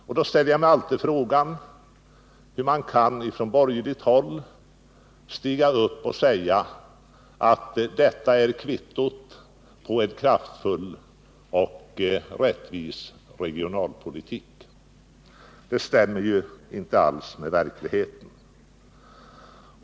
Därför ställer jag mig alltid frågan hur man från borgerligt håll kan stiga upp och säga att detta är kvittot på en kraftfull och rättvis regionalpolitik. Det stämmer ju inte alls med verkligheten.